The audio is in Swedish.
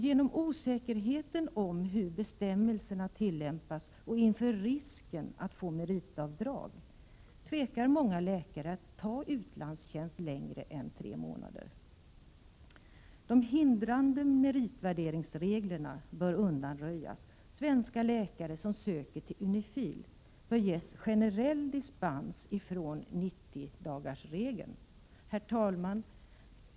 Genom osäkerheten om hur bestämmelserna tillämpas och inför risken att få meritavdrag tvekar många läkare att ta utlandstjänst längre än tre månader. De hindrande meritvärderingsreglerna bör undanröjas. Svenska läkare som söker till UNIFIL bör ges generell dispens från 90-dagarsregeln. Herr talman!